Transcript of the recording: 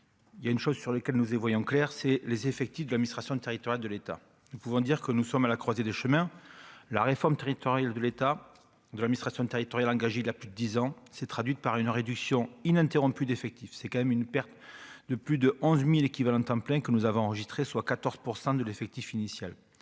il y a une chose sur lequel nous y voyons clair c'est les effectifs de l'administration du territoire de l'État, nous pouvons dire que nous sommes à la croisée des chemins : la réforme territoriale de l'État de administration territoriale engagée de la plus de 10 ans s'est traduite par une réduction ininterrompue d'effectifs, c'est quand même une perte de plus de 11000 équivalents temps plein, que nous avons enregistré, soit 14 % de l'effectif initial,